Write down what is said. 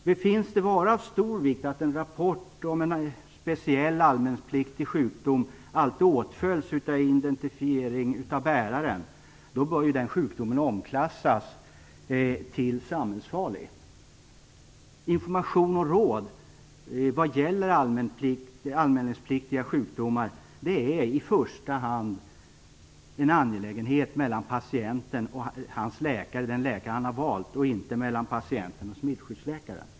Befinns det vara av stor vikt att en rapport om en speciell anmälningspliktig sjukdom alltid åtföljs av en identifiering av bäraren bör sjukdomen omklassificeras till samhällsfarlig. Information och råd vad gäller anmälningspliktiga sjukdomar är, i första hand, en angelägenhet för patienten och den läkare han har valt och inte för smittskyddsläkaren.